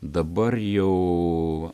dabar jau